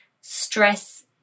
stress